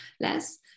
less